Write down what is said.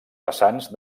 vessants